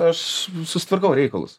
aš susitvarkau reikalus